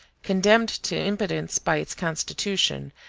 condemned to impotence by its constitution,